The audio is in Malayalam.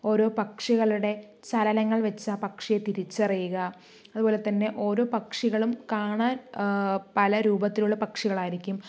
ഒരോ പക്ഷികളുടെ ചലനങ്ങൾ വച്ച് ആ പക്ഷിയെ തിരിച്ചറിയുക അതുപോലെ തന്നെ ഓരോ പക്ഷികളും കാണാൻ പല രൂപത്തിലുള്ള പക്ഷികളായിരിക്കും